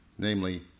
namely